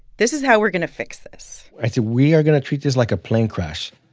this is how we're going to fix this i said we are going to treat this like a plane crash.